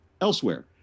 elsewhere